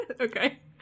Okay